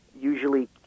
usually